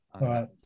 Right